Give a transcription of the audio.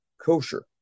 kosher